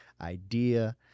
idea